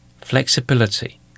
flexibility